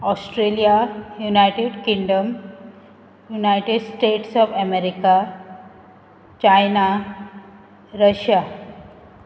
Australia United Kingdom united state of America China Russia